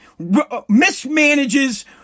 mismanages